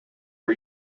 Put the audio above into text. are